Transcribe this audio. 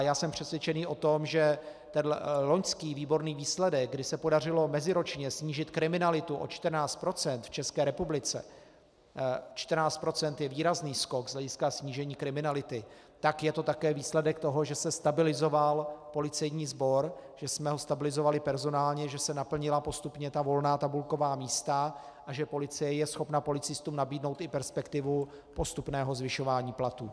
Já jsem přesvědčený o tom, že loňský výborný výsledek, kdy se podařilo meziročně snížit kriminalitu o 14 % v České republice, 14 % je výrazný skok z hlediska snížení kriminality, tak je to také výsledek toho, že se stabilizoval policejní sbor, že jsme ho stabilizovali personálně, že se naplnila postupně volná tabulková místa a že policie je schopna policistům nabídnout i perspektivu postupného zvyšování platů.